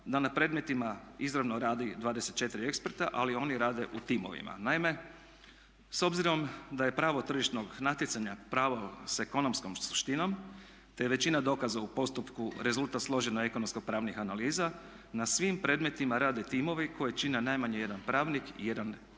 da na predmetima izravno radi 24 eksperta ali oni rade u timovima. Naime, s obzirom da je pravo tržišnog natjecanja pravo s ekonomskom suštinom te je većina dokaza u postupku rezultat složenih ekonomsko-pravnih analiza na svim predmetima rade timovi koje čine najmanje 1 pravnik i 1 ekonomist.